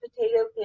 potato